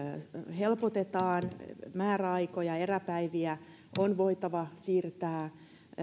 helpotetaan määräaikoja ja eräpäiviä on voitava siirtää